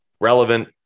relevant